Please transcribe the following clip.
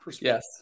yes